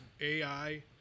AI